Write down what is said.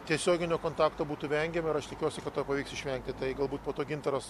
tiesioginio kontakto būtų vengiama ir aš tikiuosi kad to pavyks išvengti tai galbūt po to gintaras